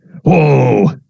Whoa